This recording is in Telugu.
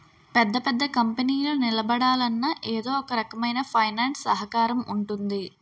పెద్ద పెద్ద కంపెనీలు నిలబడాలన్నా ఎదో ఒకరకమైన ఫైనాన్స్ సహకారం ఉంటుంది